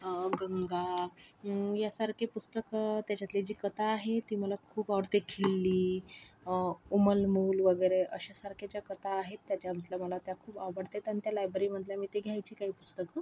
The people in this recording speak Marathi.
गंगा या सारखे पुस्तक त्याच्यातली जी कथा आहे ती मला खूप आवडते खिल्ली उमलमूल वगेरे अशासारख्या ज्या कथा आहेत त्याच्यामधल्या मला त्या खूप आवडते आणि त्या लायब्ररी मधून मी घ्यायची काही पुस्तकं